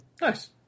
nice